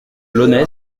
launay